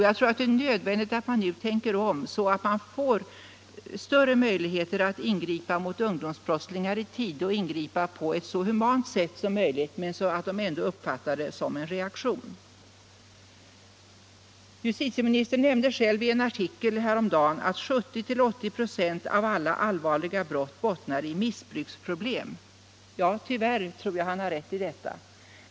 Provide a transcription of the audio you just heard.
Jag anser att det är nödvändigt att man nu tänker om så att man får större möjligheter att ingripa mot ungdomsbrottslingar i tid och så humant som möjligt men så att de ändå uppfattar det som en reaktion. Justitieministern nämnde själv i en artikel häromdagen att 70-80 96 av alla allvarliga brott bottnar i missbruksproblem. Tyvärr tror jag att han har rätt.